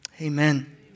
Amen